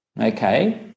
Okay